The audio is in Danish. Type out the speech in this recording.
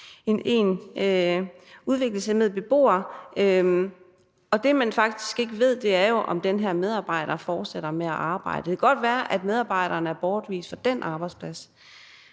en udviklingshæmmet beboer. Og det, man faktisk ikke ved, er, om den her medarbejder fortsætter med at arbejde. Det kan godt være, at medarbejderen er bortvist fra den arbejdsplads,